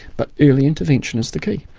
but early intervention is the key.